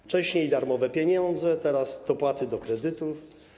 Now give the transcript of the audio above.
Wcześniej darmowe pieniądze, teraz dopłaty do kredytów.